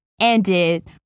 ended